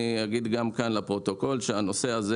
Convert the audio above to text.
אני אגיד גם כאן לפרוטוקול שהנושא הזה